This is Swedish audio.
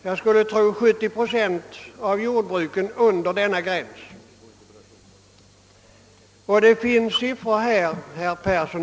Jag skulle tro att ca 70 procent av jordbruken i länet ligger under denna gräns.